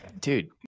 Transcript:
Dude